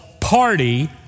party